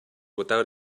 without